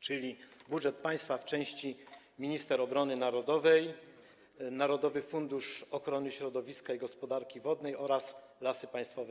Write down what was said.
czyli budżetu państwa w części ministra obrony narodowej, Narodowego Funduszu Ochrony Środowiska i Gospodarki Wodnej oraz Lasów Państwowych.